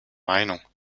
meinung